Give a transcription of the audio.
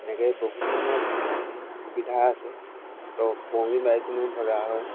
এনেকৈ বহুত ধৰণৰ সুবিধা আছে ট টঙি বাই পেনিও ধৰা হয়